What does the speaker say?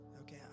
okay